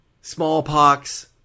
smallpox